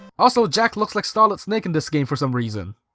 also jack looks like solid snake in this game for some reason.